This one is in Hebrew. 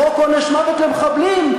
לחוק עונש מוות למחבלים,